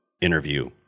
interview